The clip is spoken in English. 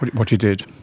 but what you did.